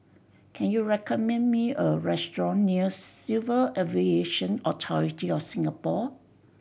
can you recommend me a restaurant near Civil Aviation Authority of Singapore